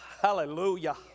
hallelujah